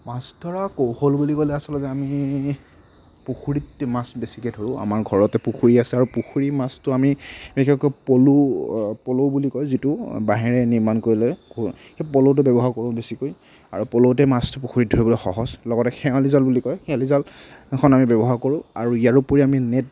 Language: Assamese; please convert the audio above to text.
মাছ ধৰা কৌশল বুলি ক'লে আচলতে আমি পুখুৰীত মাছ বেছিকৈ ধৰোঁ আমাৰ ঘৰতে পুখুৰী আছে আৰু পুখুৰী মাছটো আমি বিশেষকৈ পলৌ পলৌ বুলি কয় যিটো বাঁহেৰে নিৰ্মাণ কৰি লয় সেই পলৌটো ব্যৱহাৰ কৰোঁ বেছিকৈ আৰু পলৌতে মাছ পুখুৰীত ধৰিবলৈ সহজ লগতে খেঁৱালি জাল বুলি কয় খেৱালি জাল সেইখন আমি ব্যৱহাৰ কৰোঁ ইয়াৰ উপৰিও আমি নেট